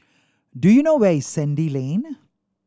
do you know where is Sandy Lane